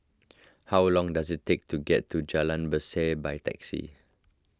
how long does it take to get to Jalan Berseh by taxi